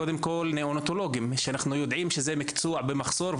קודם כל ניאונטולוגים שאנחנו יודעים שזה מקצוע במחסור,